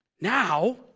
Now